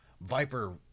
Viper